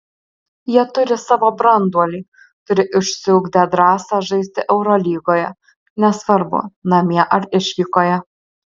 jie turi savo branduolį turi išsiugdę drąsą žaisti eurolygoje nesvarbu namie ar išvykoje